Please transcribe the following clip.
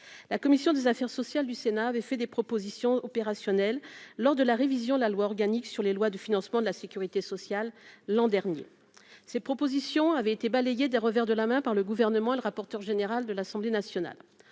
la commission des affaires sociales du Sénat avait fait des propositions opérationnelles lors de la révision de la loi organique sur les lois de financement de la Sécurité sociale, l'an dernier, ces propositions avaient été balayé d'un revers de la main par le gouvernement et le rapporteur général de l'Assemblée nationale,